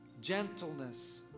gentleness